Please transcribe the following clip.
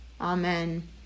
Amen